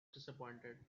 disappointed